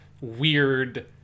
weird